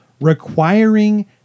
requiring